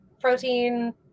protein